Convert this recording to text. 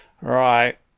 Right